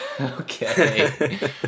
Okay